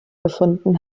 gefunden